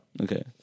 Okay